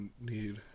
need